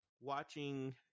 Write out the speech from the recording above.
watching